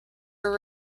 were